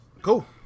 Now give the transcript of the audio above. Cool